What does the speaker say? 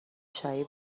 چایی